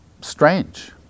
strange